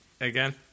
Again